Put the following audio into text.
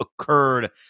occurred